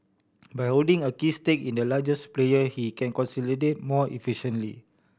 by holding a key stake in the largest player he can consolidate more efficiently